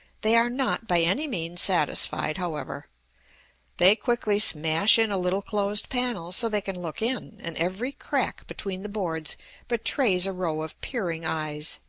they are not, by any means satisfied, however they quickly smash in a little closed panel so they can look in, and every crack between the boards betrays a row of peering eyes.